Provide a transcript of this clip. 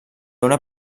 una